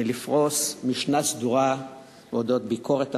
מלפרוס משנה סדורה על אודות ביקורת המדינה,